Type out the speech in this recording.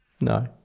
No